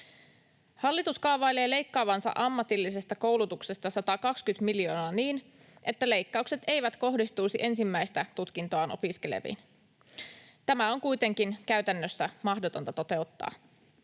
Hallitus kaavailee leikkaavansa ammatillisesta koulutuksesta 120 miljoonaa niin, että leikkaukset eivät kohdistuisi ensimmäistä tutkintoaan opiskeleviin. Tämä on kuitenkin käytännössä mahdotonta toteuttaa.